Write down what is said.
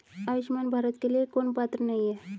आयुष्मान भारत के लिए कौन पात्र नहीं है?